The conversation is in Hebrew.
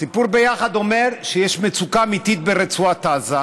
הסיפור ביחד אומר שיש מצוקה אמיתית ברצועת עזה,